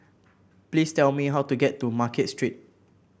please tell me how to get to Market Street